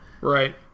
right